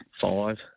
five